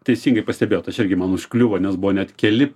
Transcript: teisingai pastebėjot aš irgi man užkliuvo nes buvo net keli